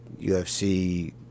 UFC